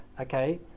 okay